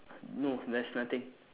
no there's nothing